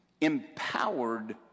Empowered